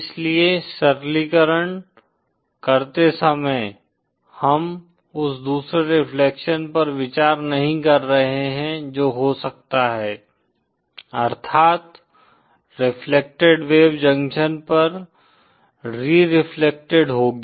इसलिए सरलीकरण करते समय हम उस दूसरे रिफ्लेक्शन पर विचार नहीं कर रहे हैं जो हो सकता है अर्थात् रेफ्लेक्टेड वेव जंक्शन पर रे रेफ्लेक्टेड होगी